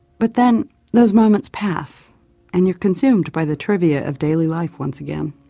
but then those moments pass and you're consumed by the trivia of daily life once again.